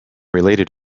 related